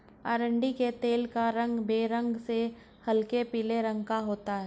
अरंडी के तेल का रंग बेरंग से हल्के पीले रंग का होता है